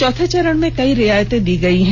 चौथे चरण में कई रियायत दी गयी हैं